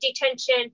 detention